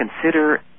consider